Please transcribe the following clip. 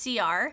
CR